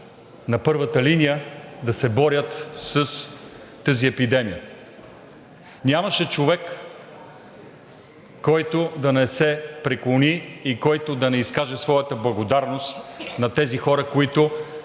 на първата линия да се борят с тази епидемия. Нямаше човек, който да не се преклони и да не изкаже своята благодарност на тези хора, които